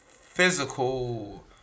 physical